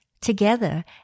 Together